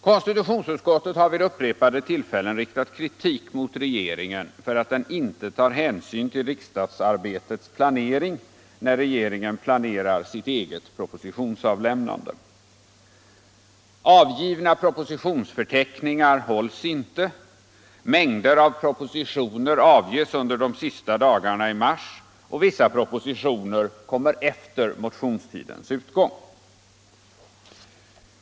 Konstitutionsutskottet har vid upprepade tillfällen riktat kritik mot regeringen för att den inte tar hänsyn till riksdagsarbetets planering när den planerar sitt eget propositionsavlämnande. Avgivna propositionsförteckningar följs inte. Mängder av propositioner avges under de sista dagarna i mars, och vissa propositioner kommer efter motionstidens utgång.